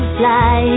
fly